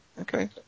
Okay